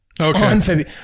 Okay